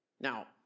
Now